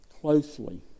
closely